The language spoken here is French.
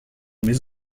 mais